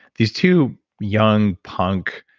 these two young punk,